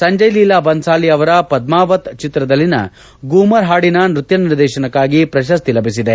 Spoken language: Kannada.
ಸಂಜಯ್ ಲೀಲಾ ಬನ್ಲಾಲಿ ಅವರ ಪದ್ಮಾವತ್ ಚಿತ್ರದಲ್ಲಿನ ಗೂಮರ್ ಹಾಡಿನ ನೃತ್ಯ ನಿರ್ದೇಶನಕ್ಕಾಗಿ ಪ್ರಶಸ್ತಿ ಲಭಿಸಿದೆ